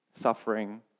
suffering